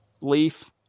Leaf